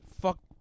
fuck